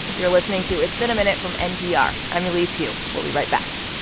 you're listening to it's been a minute from npr. i'm elise hu. we'll be right back